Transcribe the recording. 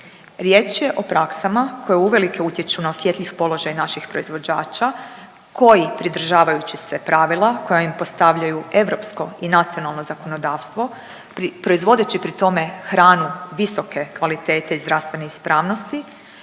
Riječ je o praksama koje uvelike utječu na osjetljivi položaj naših proizvođača koji pridržavajući se pravila koja im postavljaju europsko i nacionalno zakonodavstvo proizvodeći pri tome hranu visoke kvalitete i zdravstvene ispravnosti